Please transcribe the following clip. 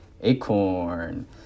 Acorn